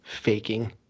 faking